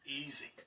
easy